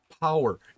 power